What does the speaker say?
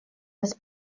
des